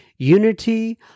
unity